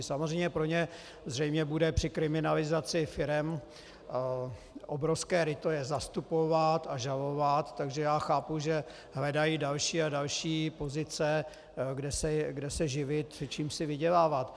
Samozřejmě pro ně zřejmě bude při kriminalizaci firem obrovské ryto je zastupovat a žalovat, takže já chápu, že hledají další a další pozice, kde se živit a čím si vydělávat.